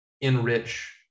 enrich